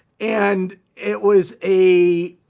and it was a